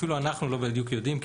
אפילו אנחנו לא בדיוק יודעים,